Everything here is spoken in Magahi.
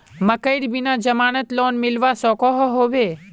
मकईर बिना जमानत लोन मिलवा सकोहो होबे?